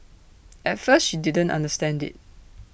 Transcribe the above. at first she didn't understand IT